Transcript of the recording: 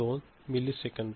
512 millisecond